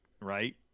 Right